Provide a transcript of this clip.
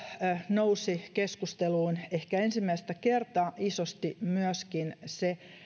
nousi keskusteluun ehkä ensimmäistä kertaa isosti myöskin se